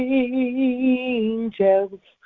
angels